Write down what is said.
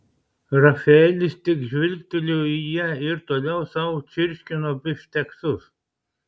rafaelis tik žvilgtelėjo į ją ir toliau sau čirškino bifšteksus